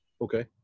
Okay